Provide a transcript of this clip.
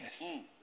yes